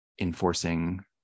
enforcing